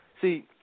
See